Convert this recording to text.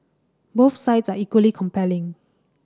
both sides are equally compelling